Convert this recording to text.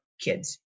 kids